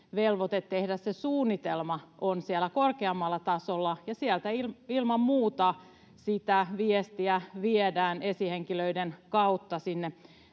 velvoite tehdä se suunnitelma on siellä korkeammalla tasolla, ja sieltä ilman muuta viestiä viedään esihenkilöiden kautta